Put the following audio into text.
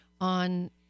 on